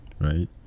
Right